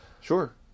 sure